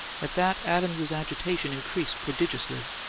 at that, adams's agitation increased prodigiously.